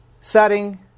setting